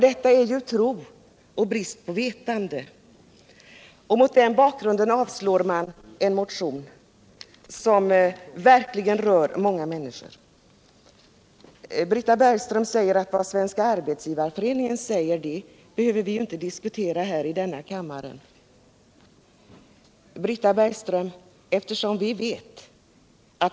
Detta är ju tro dvs. brist på vetande. Mot den bakgrunden avslår man en motion som verkligen rör många människor. Britta Bergström menar att vad Svenska arbetsgivareföreningen säger behöver inte vi här i kammaren diskutera.